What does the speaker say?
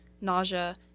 nausea